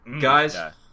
guys